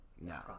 no